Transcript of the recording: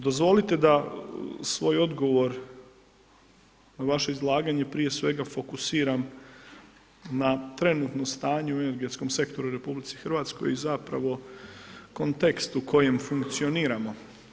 Dozvolite da svoj odgovor na vaše izlaganje prije svega fokusiram na trenutno stanje u energetskom sektoru u RH i zapravo kontekstu u kojem funkcioniramo.